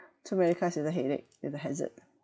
too many cards is a headache is a hazard